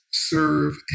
Serve